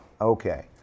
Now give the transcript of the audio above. Okay